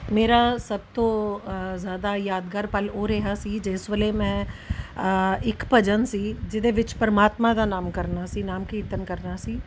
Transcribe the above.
ਮੇਰਾ ਸਭ ਤੋਂ ਜ਼ਿਆਦਾ ਯਾਦਗਾਰ ਪਲ ਉਹ ਰਿਹਾ ਸੀ ਜਿਸ ਵੇਲੇ ਮੈਂ ਇੱਕ ਭਜਨ ਸੀ ਜਿਹਦੇ ਵਿੱਚ ਪਰਮਾਤਮਾ ਦਾ ਨਾਮ ਕਰਨਾ ਸੀ ਨਾਮ ਕੀਰਤਨ ਕਰਨਾ ਸੀ